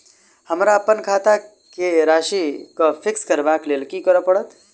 हमरा अप्पन खाता केँ राशि कऽ फिक्स करबाक लेल की करऽ पड़त?